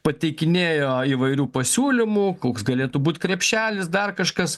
pateikinėjo įvairių pasiūlymų koks galėtų būt krepšelis dar kažkas